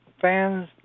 fans